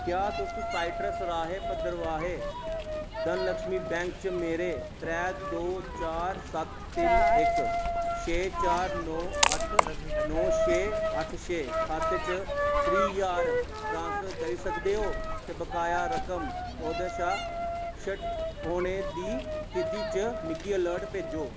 क्या तुस साइटें राहें पंदरबें धनलक्ष्मी बैंक च मेरे त्रै दो चार सत्त तिन्न इक छे चार नौ अट्ठ नौ छे अट्ठ छे खाते च त्रीह् ज्हार ट्रांसफर करी सकदे ओ ते बकाया रकम ओह्दे शा शट्ट होने दी स्थिति च मिगी अलर्ट भेजो